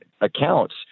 accounts